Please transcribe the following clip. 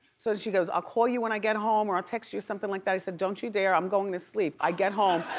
so she goes, i'll call you when i get home or i'll text you something like that. i said, don't you dare, i'm going to sleep. i get home,